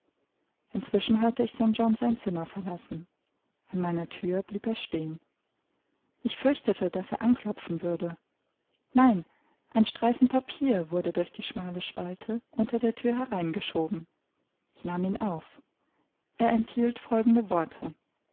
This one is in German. inzwischen hörte ich st john sein zimmer verlassen an meiner thür blieb er stehen ich fürchtete daß er anklopfen würde nein ein streifen papier wurde durch die schmale spalte unter der thür hereingeschoben ich nahm ihn auf er enthielt folgende worte